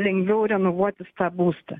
lengviau renovuotis tą būstą